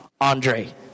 Andre